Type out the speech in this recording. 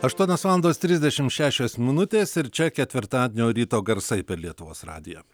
aštuonios valandos trisdešimt šešios minutės ir čia ketvirtadienio ryto garsai per lietuvos radiją